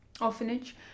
orphanage